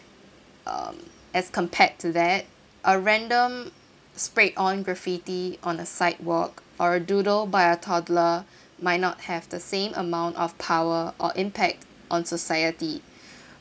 um as compared to that a random sprayed on graffiti on a sidewalk or doodle by a toddler might not have the same amount of power or impact on society